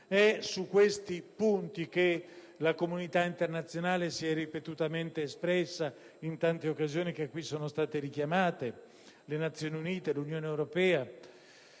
È su questi punti che la comunità internazionale si è ripetutamente espressa in tante occasioni, che in questa sede sono state richiamate: le Nazioni Unite, l'Unione europea,